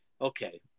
okay